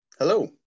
Hello